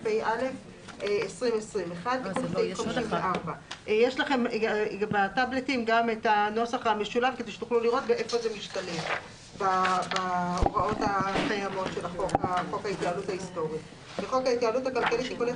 התשפ"א-2020 תיקון סעיף 541. בחוק ההתייעלות הכלכלית (תיקוני